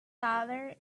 daughter